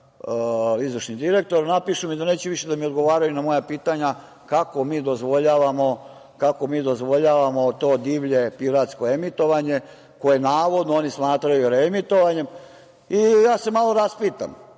izvršni direktor… napišu mi da neće više da odgovaraju na moja pitanja – kako mi dozvoljavamo to divlje piratsko emitovanje, koje navodno oni smatraju reemitovanjem. Ja se malo raspitam,